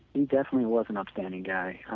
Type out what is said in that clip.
he definitely was an outstanding guy.